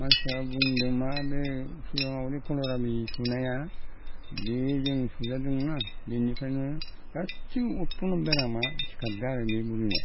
मानसिफ्रा बुंदोंमा बे सिगाङावनि करनानि सुनाया बे जों सुजादोंमोनना बेनिफ्रायनो गासैबो उतफन्न' बेरामा सिखारदों आरो बे बुरैनाव